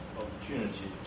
opportunity